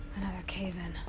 cave in.